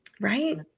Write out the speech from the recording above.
Right